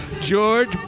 George